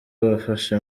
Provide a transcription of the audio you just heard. abafashe